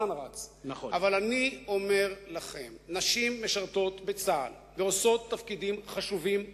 נשים משרתות בצה"ל ועושות תפקידים חשובים מאוד.